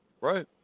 right